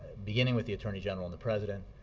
beginning with the attorney general and the president.